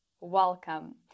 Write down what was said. Welcome